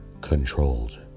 controlled